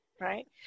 Right